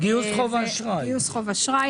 אותם.